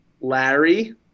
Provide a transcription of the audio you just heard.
Larry